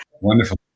Wonderful